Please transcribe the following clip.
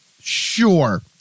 Sure